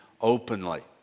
openly